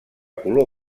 color